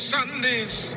Sunday's